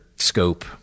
scope